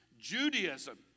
Judaism